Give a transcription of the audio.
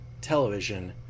television